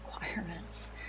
requirements